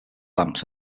lamps